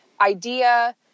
idea